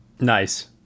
Nice